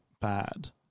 bad